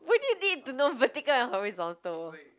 won't you need to know vertical and horizontal